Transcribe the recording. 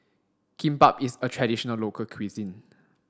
kimbap is a traditional local cuisine